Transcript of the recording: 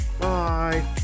Bye